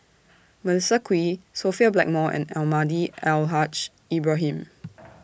Melissa Kwee Sophia Blackmore and Almahdi Al Haj Ibrahim